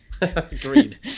Agreed